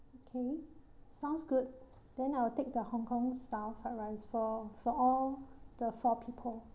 okay sounds good then I will take the Hong-Kong style fried rice for for all the four people